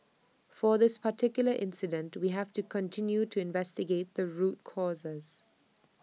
for this particular incident we have to continue to investigate the root causes